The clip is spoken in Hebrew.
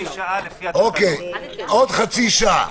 עוד חצי שעה.